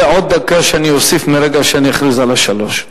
ועוד דקה שאוסיף מרגע שאכריז על השלוש.